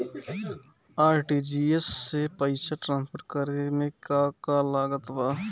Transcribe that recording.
RTGS से पईसा transfer करे मे का का लागत बा?